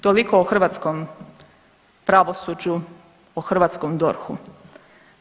Toliko o hrvatskom pravosuđu, o hrvatskom DORH-u.